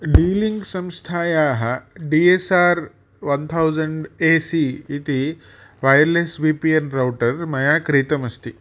संस्थायाः D S R one thousand A C इति wireless V P N router मया क्रीतम् अस्ति